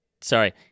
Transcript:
sorry